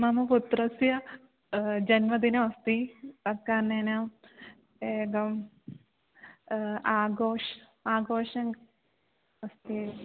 मम पुत्रस्य जन्मदिनमस्ति तत् कारणेन एकम् आगोष् आघोषणम् अस्ति